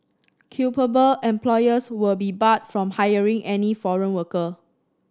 culpable employers will be barred from hiring any foreign worker